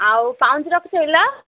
ଆଉ ପାଉଁଜି ରଖିଛୁ କିଲୋ